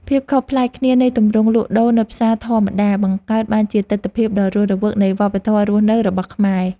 ភាពខុសប្លែកគ្នានៃទម្រង់លក់ដូរនៅផ្សារធម្មតាបង្កើតបានជាទិដ្ឋភាពដ៏រស់រវើកនៃវប្បធម៌រស់នៅរបស់ខ្មែរ។